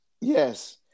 Yes